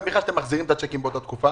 גם שאתם מכניסים את הצ'קים באותה תקופה,